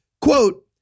quote